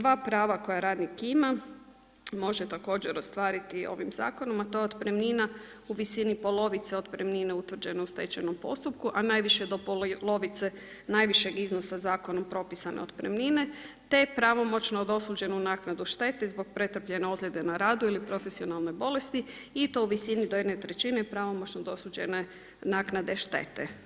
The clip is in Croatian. Dva prava koja radnik ima može također ostvariti ovim zakonom, a to je otpremnina u visini polovice otpremnine utvrđeno u stečajnom postupku, a najviše do polovice najvišeg iznosa zakonom propisane otpremnine, te pravomoćno dosuđenu naknadu štetu zbog pretrpljene ozljede na radu ili profesionalne bolesti i to u visini do jedne trećine pravomoćno dosuđene naknade štete.